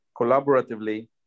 collaboratively